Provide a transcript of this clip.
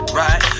right